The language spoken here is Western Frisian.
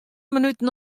minuten